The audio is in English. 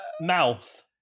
mouth